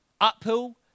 uphill